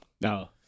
No